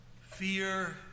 Fear